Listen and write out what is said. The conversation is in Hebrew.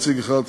נציג אחד,